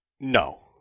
No